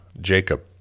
Jacob